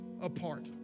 apart